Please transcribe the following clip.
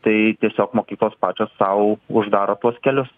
tai tiesiog mokyklos pačios sau uždaro tuos kelius